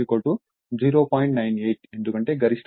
98 ఎందుకంటే గరిష్ట సామర్థ్యం 0